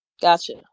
Gotcha